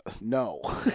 No